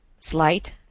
slight